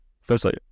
Firstly